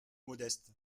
modestes